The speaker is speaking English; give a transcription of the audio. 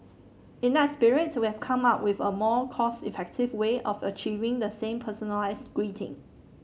in that spirit we've come up with a more cost effective way of achieving the same personalised greeting